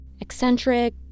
Eccentric